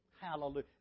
Hallelujah